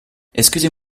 excusez